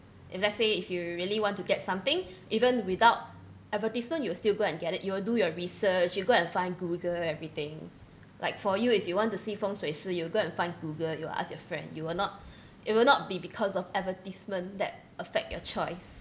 if let's say if you really want to get something even without advertisement you will still go and get it you will do your research you go and find google everything like for you if you want to see feng shui sir you go and find google you ask your friend you will not it will not be because of advertisement that affect your choice